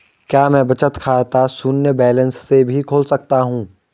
क्या मैं बचत खाता शून्य बैलेंस से भी खोल सकता हूँ?